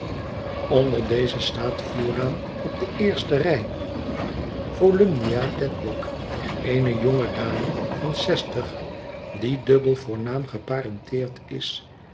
onder deze staat vooraan op de eerste rij volumnia dedlock eene jonge dame van zestig die dubbel voornaam geparenteerd is